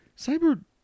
cyber